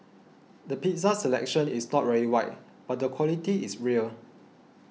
the pizza selection is not very wide but the quality is real